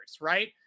right